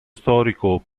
storico